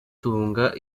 tunga